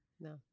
no